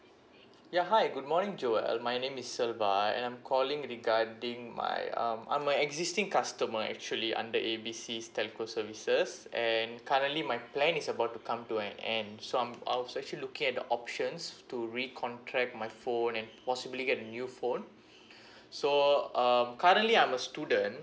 ya hi good morning joel my name is selva and I'm calling regarding my um I'm a existing customer actually under A B C's telco services and currently my plan is about to come to an end so I'm I was actually looking at the options to recontract my phone and possibly get a new phone so um currently I'm a student